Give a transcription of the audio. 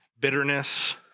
bitterness